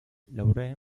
louvre